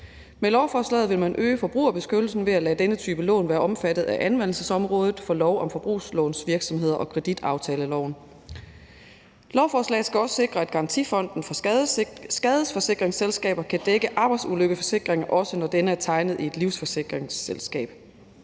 Med lovforslaget vil man øge forbrugerbeskyttelsen ved at lade denne type lån være omfattet af anvendelsesområdet for lov om forbrugslånsvirksomheder og kreditaftaleloven. Lovforslaget skal også sikre, at Garantifonden for skadesforsikringsselskaber kan dække arbejdsulykkeforsikring, også når denne er tegnet i et livsforsikringsselskab.